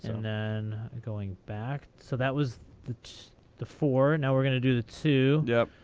and then going back. so that was the the four. now we're going to do the two. yup.